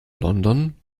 london